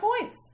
points